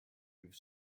you’ve